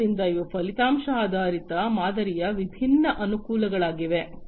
ಆದ್ದರಿಂದ ಇವು ಫಲಿತಾಂಶ ಆಧಾರಿತ ಮಾದರಿಯ ವಿಭಿನ್ನ ಅನುಕೂಲಗಳಾಗಿವೆ